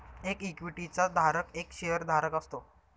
एक इक्विटी चा धारक एक शेअर धारक असतो